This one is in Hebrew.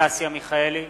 אנסטסיה מיכאלי,